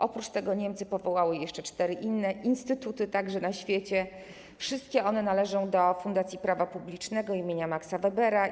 Oprócz tego Niemcy powołały jeszcze cztery inne instytuty, także na świecie, wszystkie one należą do fundacji prawa publicznego im. Maksa Webera.